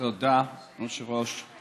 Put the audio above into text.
תודה, אדוני היושב-ראש.